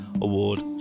award